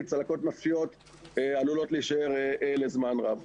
אבל צלקות נפשיות עלולות להישאר לזמן רב.